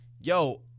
yo